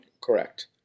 Correct